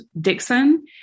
Dixon